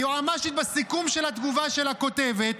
היועמ"שית בסיכום של התגובה שלה כותבת: